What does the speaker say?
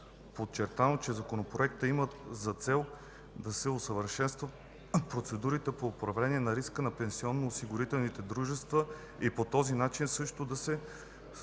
подчертано, че Законопроектът има за цел да се усъвършенстват процедурите по управление на риска на пенсионноосигурителните дружества и по този начин също да се